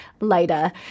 later